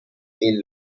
این